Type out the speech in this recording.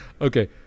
Okay